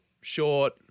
short